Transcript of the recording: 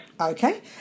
Okay